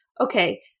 okay